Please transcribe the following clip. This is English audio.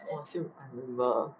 !wah! still remember